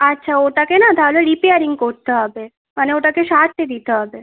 আচ্ছা ওটাকে না তাহলে রিপেয়ারিং করতে হবে মানে ওটাকে সারতে দিতে হবে